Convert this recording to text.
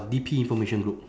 D_P information group